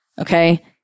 Okay